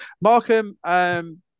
Markham